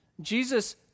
Jesus